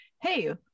hey